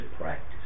practice